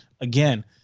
again